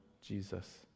Jesus